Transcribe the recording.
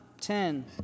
ten